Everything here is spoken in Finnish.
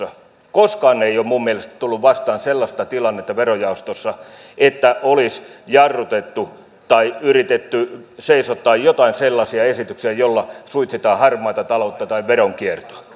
koskaan ei ole minun mielestäni verojaostossa tullut vastaan sellaista tilannetta että olisi jarrutettu tai yritetty seisottaa joitakin sellaisia esityksiä joilla suitsitaan harmaata taloutta tai veronkiertoa